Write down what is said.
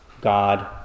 God